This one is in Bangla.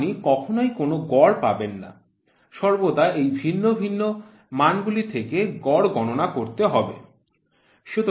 আপনি কখনই কোনও গড় পাবেন না সর্বদা এই ভিন্ন মানগুলি থেকে গড় গণনা করতে হবে